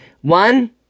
One